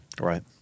Right